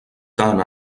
tant